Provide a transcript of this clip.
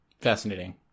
Fascinating